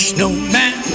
Snowman